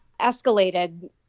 escalated